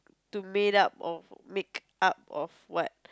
to made up of make up of what